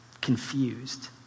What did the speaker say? confused